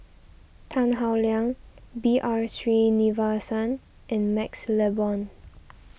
Tan Howe Liang B R Sreenivasan and MaxLe Blond